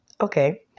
okay